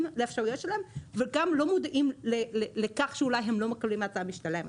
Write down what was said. לאפשרויות שלהם וגם לא מודעים לכך שאולי הם לא מקבלים הצעה משתלמת,